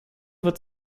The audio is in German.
wird